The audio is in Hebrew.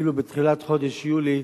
אפילו בתחילת חודש יולי,